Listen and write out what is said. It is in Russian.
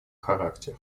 характер